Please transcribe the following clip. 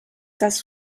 dass